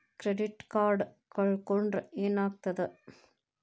Credit card ಕಳ್ಕೊಂಡ್ರ್ ಏನಾಗ್ತದ?